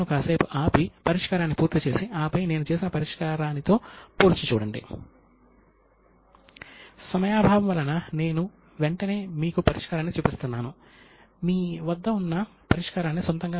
ఇప్పుడు లక్ష్మీ పూజ అనేది పాత పుస్తకాలను మూసివేసి మరుసటి రోజు కొత్త పుస్తకాలు లేదా చోపాడీలను పూజించి తెరవబడే పవిత్రమైన రోజు